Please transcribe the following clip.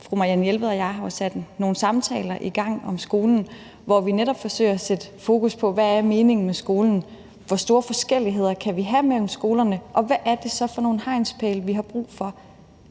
Fru Marianne Jelved og jeg har jo sat nogle samtaler i gang om skolen, hvor vi netop forsøger at sætte fokus på, hvad meningen med skolen er, og hvor store forskelligheder vi kan have mellem skolerne. Og hvad er det så for nogle hegnspæle, vi har brug for?